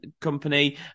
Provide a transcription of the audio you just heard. company